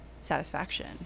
satisfaction